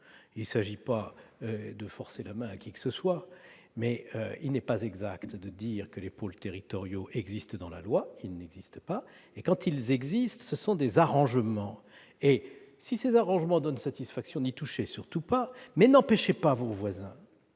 Il ne s'agit pas de forcer la main à qui que ce soit ! Toutefois, il n'est pas exact de dire que les pôles territoriaux figurent dans la loi. Quand ils existent, ce sont des arrangements. Si ces derniers donnent satisfaction, n'y touchez surtout pas, mais n'empêchez pas vos voisins